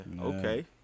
Okay